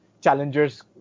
challengers